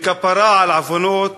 בכפרה על עוונות